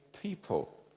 people